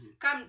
Come